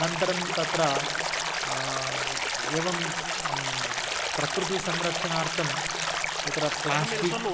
अनन्तरं तत्र एवं प्रकृतेः संरक्षणार्थं तत्र प्ल्यास्टिक्